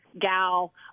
gal